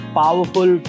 powerful